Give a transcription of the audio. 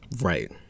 Right